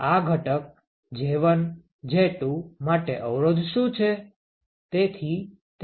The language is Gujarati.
આ ઘટક J1 J2 માટે અવરોધ શુ છે